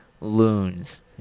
loons